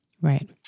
Right